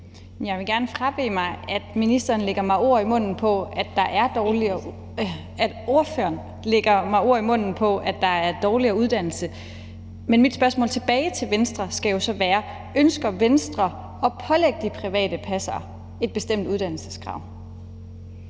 Jeg vil gerne frabede mig, at ordføreren lægger mig ord i munden om, at der er dårligere uddannelse. Men mit spørgsmål tilbage til Venstre skal så være: Ønsker Venstre at pålægge de private passere et bestemt uddannelseskrav?